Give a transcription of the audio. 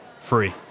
free